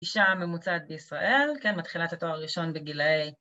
‫אישה ממוצעת בישראל, ‫מתחילה את התואר הראשון בגילאי.